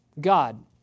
God